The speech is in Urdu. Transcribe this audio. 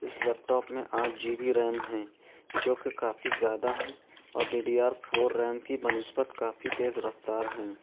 اس لیپ ٹاپ میں آٹھ جی بی ریم ہیں جو کہ کافی زیادہ ہیں اور D D R four RAM کی بہ نسبت کافی تیز رفتار ہیں